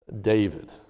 David